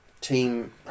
team